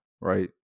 Right